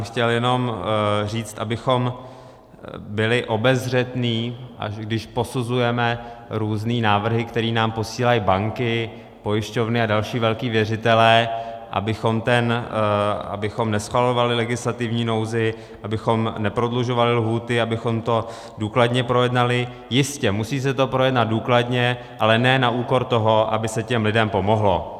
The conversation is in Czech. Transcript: Chtěl jsem jenom říct, abychom byli obezřetní, a když posuzujeme různé návrhy, které nám posílají banky, pojišťovny a další velcí věřitelé, abychom neschvalovali legislativní nouzi, abychom neprodlužovali lhůty, abychom to důkladně projednali jistě, musí se to projednat důkladně, ale ne na úkor toho, aby se těm lidem pomohlo.